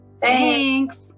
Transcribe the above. Thanks